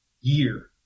year